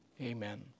Amen